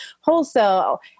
wholesale